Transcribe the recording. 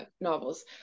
Novels